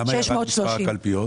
למה ירד מספר הקלפיות?